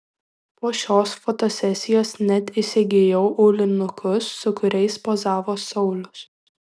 po šios fotosesijos net įsigijau aulinukus su kuriais pozavo saulius